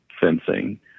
fencing